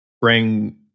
bring